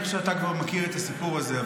אני חושב שאתה כבר מכיר את הסיפור הזה.